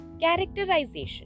Characterization